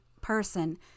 person